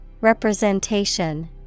Representation